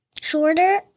shorter